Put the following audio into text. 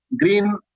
green